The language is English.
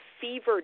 fever